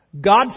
God